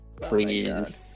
please